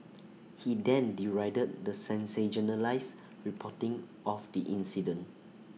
he then derided the sensationalised reporting of the incident